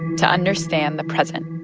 to understand the present